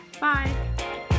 Bye